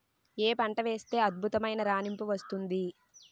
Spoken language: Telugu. ఏ పంట వేస్తే అద్భుతమైన రాణింపు వస్తుంది?